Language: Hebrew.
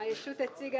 הישות הציגה